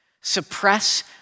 suppress